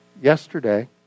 Yesterday